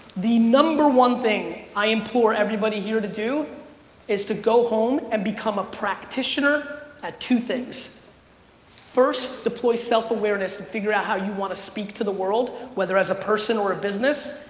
the number one thing i implore everybody here to do is to go home and become a practitioner at two things first, deploy self-awareness and figure out how you wanna speak to the world whether as a person or a business,